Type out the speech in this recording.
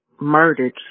murdered